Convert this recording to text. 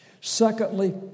Secondly